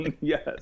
Yes